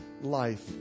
life